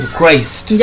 Christ